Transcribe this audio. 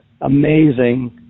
amazing